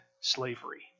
slavery